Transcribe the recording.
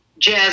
jazz